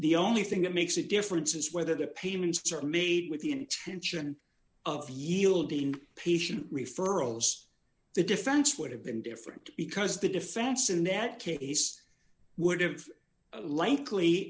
the only thing that makes a difference is whether the payments are made with the intention of yielding patient referrals the defense would have been different because the defense in that case would